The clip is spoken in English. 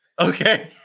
Okay